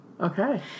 Okay